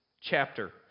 chapter